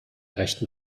rechten